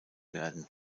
werden